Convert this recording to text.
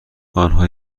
آنها